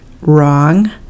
wrong